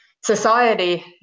society